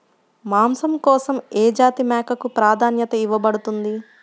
మాంసం కోసం ఏ జాతి మేకకు ప్రాధాన్యత ఇవ్వబడుతుంది?